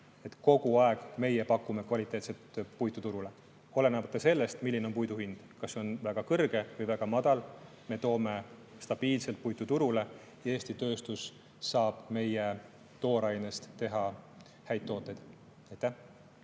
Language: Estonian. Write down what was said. roll. Me pakume kvaliteetset puitu turule kogu aeg. Olenemata sellest, milline on puidu hind, kas see on väga kõrge või väga madal, me toome stabiilselt puitu turule ja Eesti tööstus saab meie toorainest teha erinevaid tooteid.